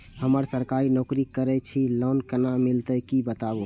हम सरकारी नौकरी करै छी लोन केना मिलते कीछ बताबु?